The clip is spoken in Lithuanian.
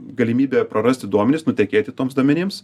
galimybė prarasti duomenis nutekėti toms duomenims